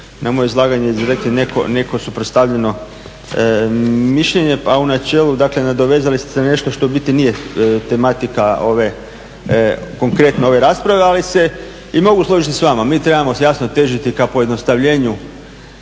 na moje izlaganje izrekli neko suprostavljeno mišljenje, a u načelu dakle nadovezali ste se nešto što u biti nije tematika ove, konkretno ove rasprave ali se i mogu složiti s vama. Mi trebamo jasno težiti ka pojednostavljenju